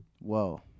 Whoa